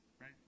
right